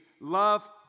love